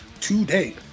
today